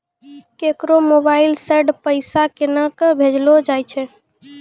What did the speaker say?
केकरो मोबाइल सऽ पैसा केनक भेजलो जाय छै?